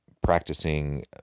practicing